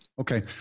Okay